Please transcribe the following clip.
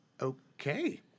Okay